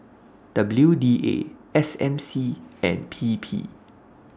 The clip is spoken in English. W D A S M C and P P